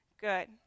Good